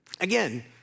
Again